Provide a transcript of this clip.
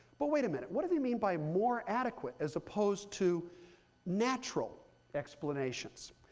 but wait a minute. what do they mean by more adequate as opposed to natural explanations?